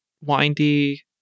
windy